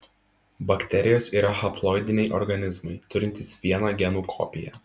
bakterijos yra haploidiniai organizmai turintys vieną genų kopiją